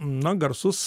na garsus